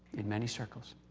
in many circles,